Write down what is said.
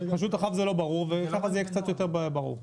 כך זה יהיה קצת יותר ברור.